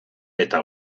eta